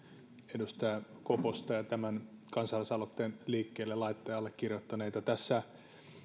edustaja koposta ja tämän kansalaisaloitteen allekirjoittaneita tässä